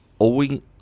owing